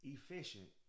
Efficient